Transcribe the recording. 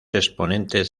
exponentes